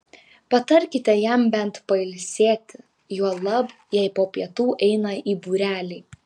patarkite jam bent pailsėti juolab jei po pietų eina į būrelį